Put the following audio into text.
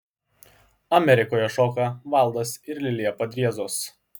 amerikoje šoka valdas ir lilija padriezos